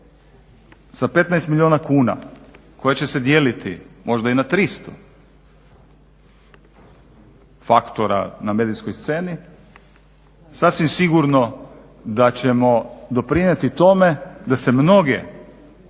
sa 15 milijuna koje će se dijeliti možda i na tristo faktora na medijskoj sceni sasvim sigurno da ćemo doprinijet tome da se mnoge